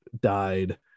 died